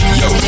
yo